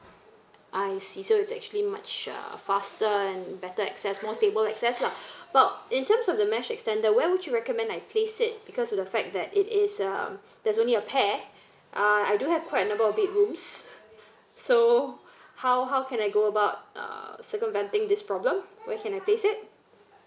I see so is actually much uh faster and better access more stable access lah but in terms of the mesh extender where would you recommend like place it because of the fact that it is um there's only a pair uh I do have quite a number of bedrooms so how how can I go about uh circumventing this problem where can I place it